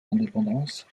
indépendance